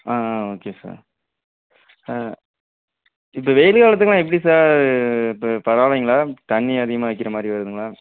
ஆ ஆ okay sir ஆ இப்போ வெயில் காலத்துக்குலாம் எப்படி சார் இப்போ பரவால்லைங்களா தண்ணி அதிகமாக வைக்கிற மாதிரி வருங்களா